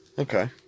Okay